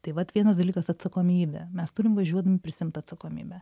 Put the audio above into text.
tai vat vienas dalykas atsakomybė mes turim važiuodami prisiimt atsakomybę